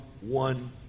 one